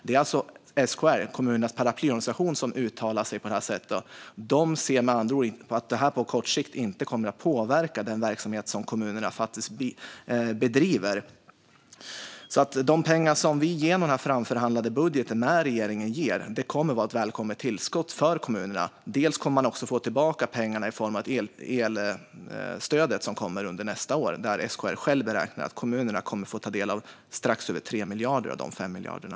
Det är alltså SKR, kommunernas paraplyorganisation, som uttalar sig på det här sättet. SKR ser att det här på kort sikt inte kommer att påverka den verksamhet som kommunerna bedriver. De pengar som vi ger genom den med regeringen framförhandlade budgeten kommer att vara ett välkommet tillskott för kommunerna. Delvis kommer de också att få tillbaka pengarna i form av elstödet som kommer under nästa år. SKR själva beräknar att kommunerna kommer att få ta del av strax över 3 miljarder av de 5 miljarderna.